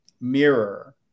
mirror